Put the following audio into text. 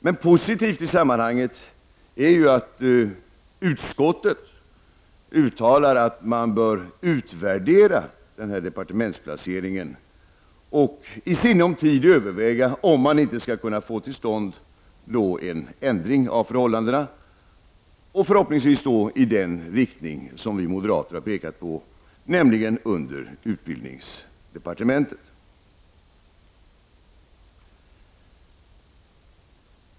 Det är positivt i sammanhanget att utskottet uttalar att man bör utvärdera departementsplaceringen och i sinom tid överväga om man inte skall kunna få till stånd en ändring av förhållandena. Förhoppningsvis sker då förändringen i den riktning som vi moderater har pekat på, nämligen att forskningen läggs under utbildningsdepartementet.